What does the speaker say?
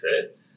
fit